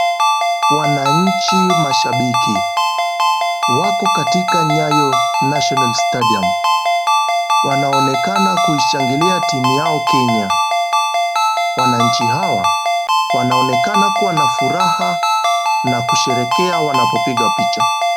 Wananchi mashabiki wako katika Nyayo national stadium . Wanaonekana kuishangilia timu yao Kenya. Wananchi hawa wanaonekana kuwa na furaha na kusherekea wanapopiga picha.